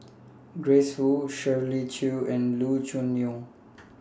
Grace Fu Shirley Chew and Loo Choon Yong